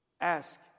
ask